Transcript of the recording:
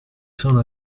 sono